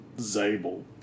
Zabel